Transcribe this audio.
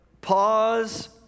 pause